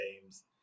games